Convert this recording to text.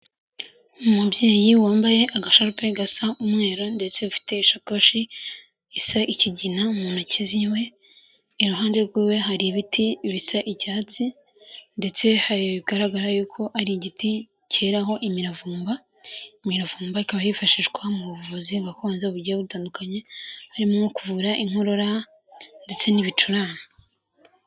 Umubyeyi wambaye agasharupe gasa umweru ndetse ufite ishakoshi isa ikigina mu ntoki z'iwe. Iruhande rw'iwe hari ibiti bisa icyatsi ndetse bigaragara yuko ari igiti cyeraho imiravumba. Imiravumba ikaba yifashishwa mu buvuzi gakondo bugiye butandukanye harimo nko kuvura inkorora ndetse n'ibicurane.